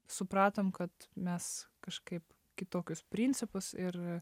supratom kad mes kažkaip kitokius principus ir